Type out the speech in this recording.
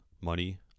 money